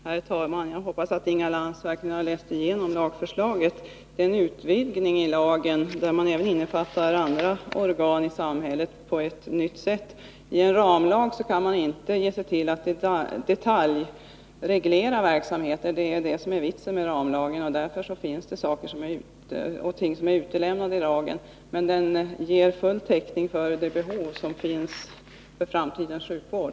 Herr talman! Jag hoppas att Inga Lantz verkligen har läst igenom lagförslaget. Det är en utvidgning av lagen, där man även innefattar andra organ i samhället på ett nytt sätt. I en ramlag kan maniinte ge sig till att i detalj reglera verksamheten. Det är det som är vitsen med en ramlag. Därför finns det en del saker som är utelämnade i lagen, men den ger full täckning för de behov som finns för framtidens sjukvård.